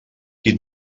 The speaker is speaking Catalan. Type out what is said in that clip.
qui